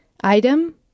item